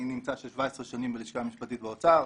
אני נמצא 17 שנים בלשכה המשפטית באוצר,